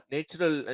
Natural